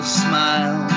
smile